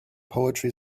poetry